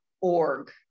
org